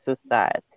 society